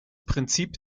prinzip